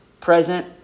Present